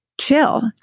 chill